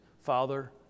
Father